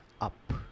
up